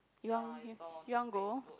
you want you want go